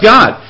God